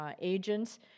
agents